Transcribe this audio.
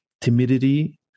timidity